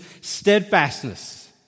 steadfastness